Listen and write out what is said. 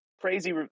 crazy